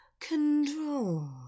Control